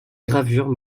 gravure